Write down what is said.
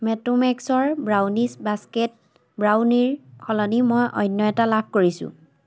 মোটোমেক্সৰ brownies basket ব্ৰাউনিৰ সলনি মই অন্য এটা লাভ কৰিছোঁ